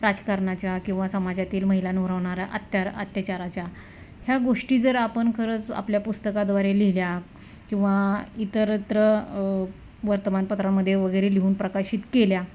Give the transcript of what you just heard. राजकारणाच्या किंवा समाजातील महिलांवर होणाऱ्या आत्या अत्याचाराच्या ह्या गोष्टी जर आपण खरंच आपल्या पुस्तकाद्वारे लिहिल्या किंवा इतरत्र वर्तमानपत्रामध्ये वगैरे लिहून प्रकाशित केल्या